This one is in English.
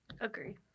Agree